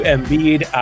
Embiid